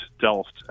delft